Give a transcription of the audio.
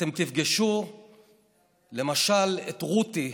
אתם תפגשו למשל את רותי,